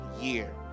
year